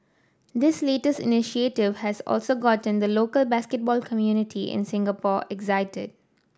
this latest initiative has also gotten the local basketball community in Singapore